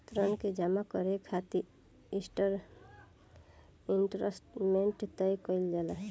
ऋण के जामा करे खातिर इंस्टॉलमेंट तय कईल जाला